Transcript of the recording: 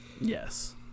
yes